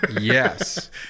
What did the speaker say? yes